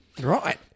Right